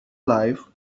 life